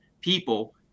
people